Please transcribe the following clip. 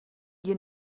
you